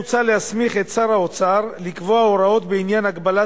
מוצע להסמיך את שר האוצר לקבוע הוראות בעניין הגבלת